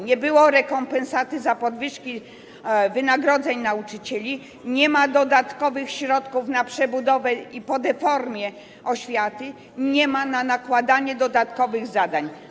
Nie było rekompensaty za podwyżki wynagrodzeń nauczycieli, nie ma dodatkowych środków na przebudowę i po deformie oświaty nie ma na nakładanie dodatkowych zadań.